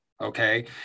Okay